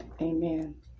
Amen